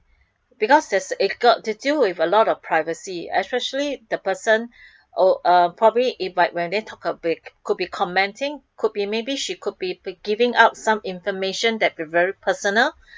because there's it got to do with a lot of privacy especially the person oh uh probably if when we talk ab~ could be commanding could be maybe she could be be giving out some information that very personal